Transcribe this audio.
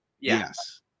Yes